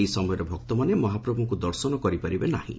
ଏହି ସମୟରେ ଭକ୍ତମାନେ ମହାପ୍ରଭୁଙ୍କୁ ଦର୍ଶନ କରିପାରିବେ ନାହିଁ